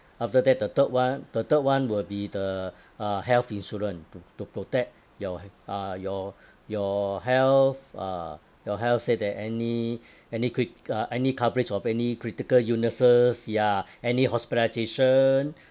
after that the third one the third one will be the uh health insurance to to protect your he~ uh your your health ah your health so that any adequate uh any coverage of any critical illnesses ya any hospitalisation